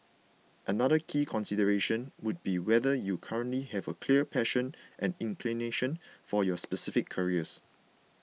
another key consideration would be whether you currently have a clear passion and inclination for your specific careers